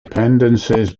dependencies